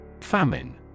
Famine